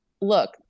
look